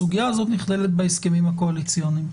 הסוגיה הזאת נכללת בהסכמים הקואליציוניים.